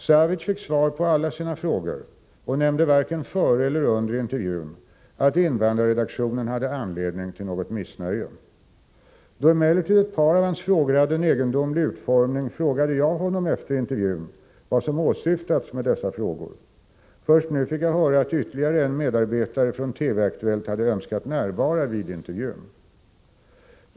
Savic fick svar på alla sina frågor och nämnde varken före eller under intervjun att invandrarredaktionen hade anledning till något missnöje. Då emellertid ett par av hans frågor hade en egendomlig utformning frågade jag honom efter intervjun vad som åsyftats med dessa frågor. Först nu fick jag höra att ytterligare en medarbetare från TV-Aktuellt hade önskat närvara vid intervjun.